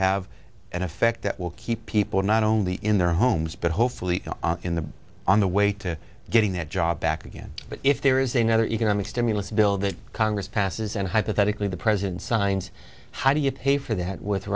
have an effect that will keep people not only in their homes but hopefully in the on the way to getting that job back again but if there is a nother economic stimulus bill that congress passes and hypothetically the president signed how do you pay for that with